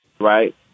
right